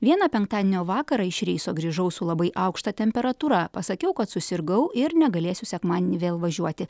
vieną penktadienio vakarą iš reiso grįžau su labai aukšta temperatūra pasakiau kad susirgau ir negalėsiu sekmadienį vėl važiuoti